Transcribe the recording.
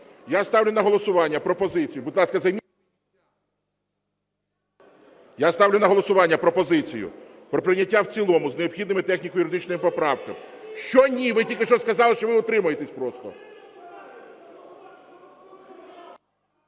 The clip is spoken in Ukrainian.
Я ставлю на голосування пропозицію про прийняття в цілому з необхідними техніко-юридичними поправками. Що ні? Ви тільки що сказали, що ви утримаєтесь просто.